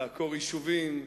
תעקור יישובים,